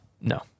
No